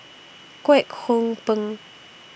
Kwek Hong Png